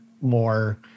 more